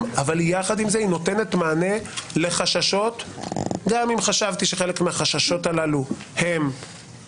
וגם נותנת מענה לחששות שאני חושב שהם חששות מוגזמים,